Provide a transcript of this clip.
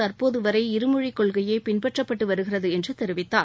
தற்போது வரை இருமொழி கொள்கையே பின்பற்றப்பட்டு வருகிறது என்று தெரிவித்தார்